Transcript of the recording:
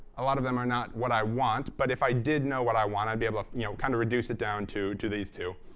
a lot of them are not what i want, but if i didn't know what i want i'd be able to you know kind of reduce it down to two these two.